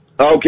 Okay